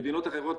מדינות אחרות,